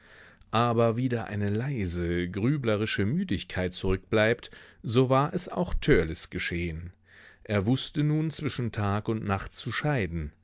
aber wie da eine leise grüblerische müdigkeit zurückbleibt so war es auch törleß geschehen er wußte nun zwischen tag und nacht zu scheiden